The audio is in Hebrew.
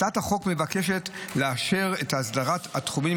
הצעת החוק מבקשת לאשר את אסדרת התחומים